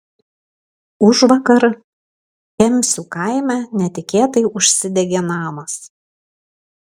užvakar kemsių kaime netikėtai užsidegė namas